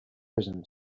prison